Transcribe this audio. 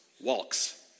Walks